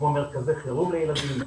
כמו מרכזי חירום לילדים,